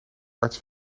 arts